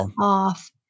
off